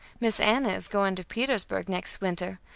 miss anna is going to petersburgh next winter,